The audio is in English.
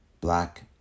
Black